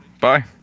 Bye